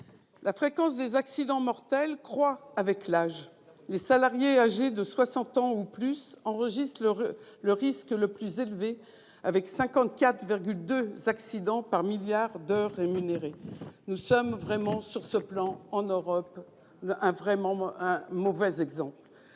La fréquence des accidents mortels croît avec l'âge : les salariés âgés de 60 ans ou plus enregistrent le risque le plus élevé, avec 54,2 accidents par milliard d'heures rémunérées. Nous sommes vraiment sur ce plan un mauvais exemple